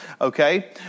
okay